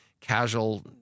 casual